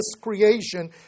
creation